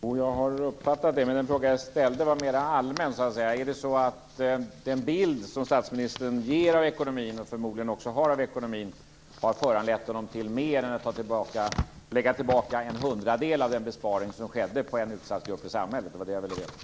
Fru talman! Jag har uppfattat det. Den fråga jag ställde var mera allmän. Är det så att den bild som statsministern ger av ekonomin, och förmodligen också har av ekonomin, har föranlett honom att göra något mer än att lägga tillbaka en hundradel av den besparing som skedde på en utsatt grupp i samhället? Det var det jag ville veta.